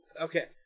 okay